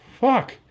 Fuck